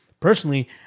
Personally